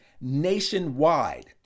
nationwide